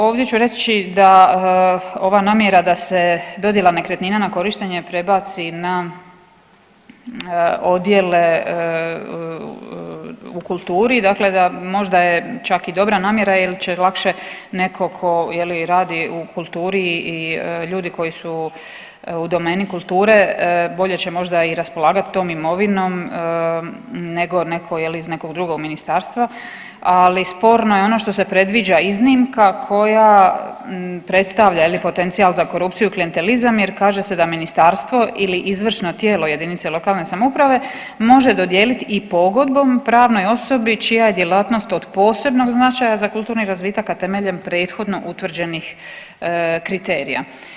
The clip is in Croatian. Ovdje ću reći da ova namjera da se dodjela nekretnina na korištenje prebaci na odjele u kulturi dakle da možda je čak i dobra namjera jer će lakše netko tko je li radi u kulturi i ljudi koji su u domeni kulture bolje će možda i raspolagati tom imovinom nego neko je li iz nekog drugog ministarstva, ali sporno je ono što se predviđa iznimka koja predstavlja je li potencijal za korupciju i klijentelizam jer kaže se da ministarstvo ili izvršno tijelo jedinice lokalne samouprave može dodijeliti i pogodbom pravnoj osobi čija je djelatnost od posebnog značaja za kulturni razvitak, a temeljem prethodno utvrđenih kriterija.